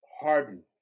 Harden